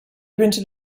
rented